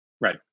right